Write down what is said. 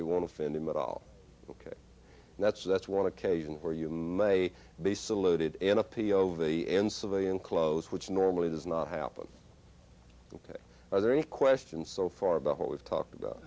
it won't offend him at all ok and that's that's one occasion where you may be saluted in a p o v in civilian clothes which normally does not happen ok are there any questions so far about what we've talked about